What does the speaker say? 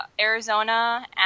arizona